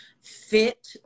fit